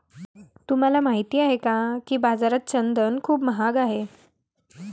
तुम्हाला माहित आहे का की बाजारात चंदन खूप महाग आहे?